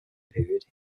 period